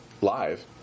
live